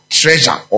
treasure